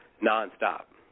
Non-stop